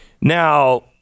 now